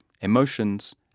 emotions